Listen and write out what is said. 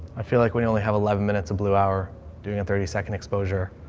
i feel like we only have eleven minutes of blue hour doing a thirty second exposure.